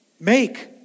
Make